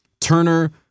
Turner